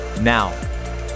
Now